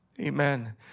Amen